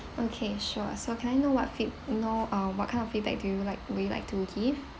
okay sure so can I know what feed~ no uh what kind of feedback do you like would you like to give